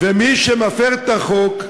ומי שמפר את החוק,